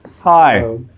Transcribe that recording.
Hi